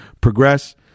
progress